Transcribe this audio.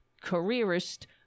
careerist